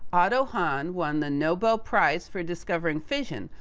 otto hahn won the nobel prize for discovering fission,